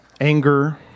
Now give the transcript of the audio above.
anger